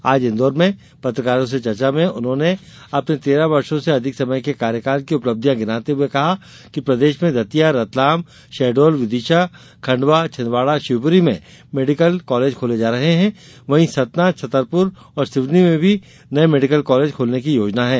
आज इंदौर में पत्रकारों से चर्चा में उन्होंने अपने तेरह वर्षो से अधिक समय के कार्यकाल की उपलब्धियां गिनाते हुए कहा कि प्रदेश में दतिया रतलाम शहडोल विदिशा खंडवा छिदवाडा शिवपुरी में मेडीकल कालेज खोले जा रहे है वहीं सतना छतरपुर और सिवनी में भी नये मेडीकल कालेज खोलने की योजना है